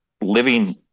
living